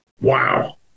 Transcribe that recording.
Wow